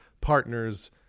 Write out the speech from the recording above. partners